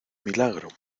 milagro